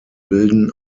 bilden